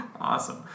Awesome